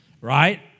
right